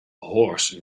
horse